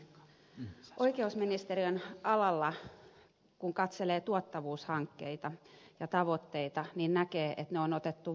kun oikeusministeriön alalla katselee tuottavuushankkeita ja tavoitteita näkee että ne on otettu vakavasti